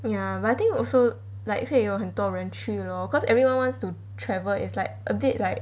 ya but I think also like 会有很多人去 lor cause everyone wants to travel is like a bit like